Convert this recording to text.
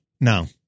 No